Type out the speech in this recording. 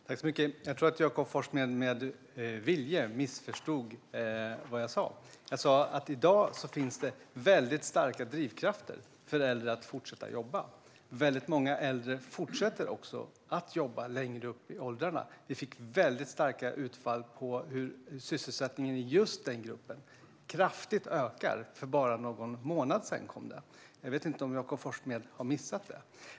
Herr talman! Jag tror att Jakob Forssmed med vilje missförstod vad jag sa. Jag sa att det i dag finns väldigt starka drivkrafter för äldre att fortsätta jobba. Väldigt många äldre fortsätter också att jobba längre upp i åldrarna. Det fick väldigt starka utfall för sysselsättningen i just den gruppen. För bara någon månad sedan kom det siffror som visade att den ökar kraftigt. Jag vet inte om Jakob Forssmed har missat det.